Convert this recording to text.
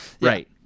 Right